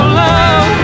love